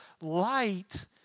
light